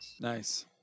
Nice